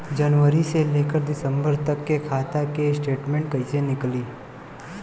जनवरी से लेकर दिसंबर तक के खाता के स्टेटमेंट कइसे निकलि?